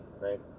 right